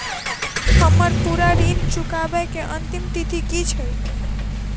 हम्मर पूरा ऋण चुकाबै केँ अंतिम तिथि की छै?